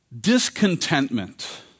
Discontentment